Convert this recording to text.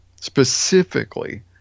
specifically